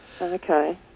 Okay